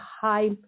high